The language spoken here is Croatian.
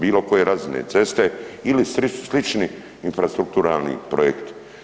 Bilokoje razine ceste ili slični infrastrukturalni projekti.